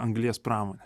anglies pramonė